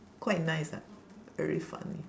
quite nice ah very funny